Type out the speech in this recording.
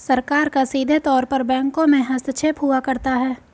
सरकार का सीधे तौर पर बैंकों में हस्तक्षेप हुआ करता है